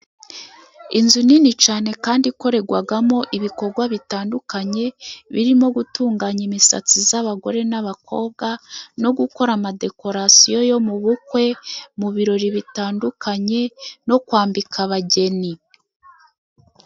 Inzu nini cyane kandi ikorerwamo ibikorwa bitandukanye, birimo gutunganya imisatsi y'abagore n'abakobwa, no gukora amadekorasiyo yo mu bukwe, mu birori bitandukanye no kwambika abageni.